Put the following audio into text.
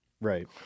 right